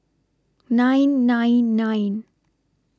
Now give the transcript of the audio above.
nine nine nine